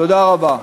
תודה רבה.